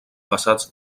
basats